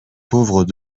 pauvres